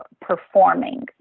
performing